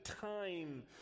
time